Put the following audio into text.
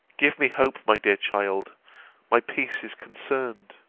give me hope, my dear child my peace is concerned